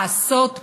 לעשות פילוג.